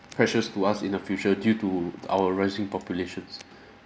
precious to us in the future due to our rising populations